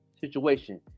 situation